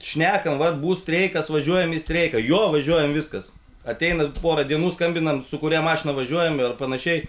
šnekam vat bus streikas važiuojam į streiką jo važiuojam viskas ateina pora dienų skambinam su kuria mašina važiuojam ir panašiai